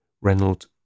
Reynold